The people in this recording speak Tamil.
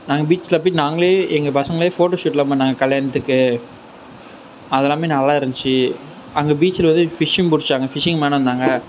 நாங்க பீச்சில் போய்ட்டு நாங்களே எங்கள் பசங்களே ஃபோட்டோ ஷூட்லாம் பண்ணாங்க கல்யாணத்துக்கு அது எல்லாமே நல்லா இருந்துச்சு அங்க பீச்சுல வந்து ஃபிஷ்ஷிங் பிடிச்சாங்க ஃபிஷ்ஷிங் மேனும் இருந்தாங்க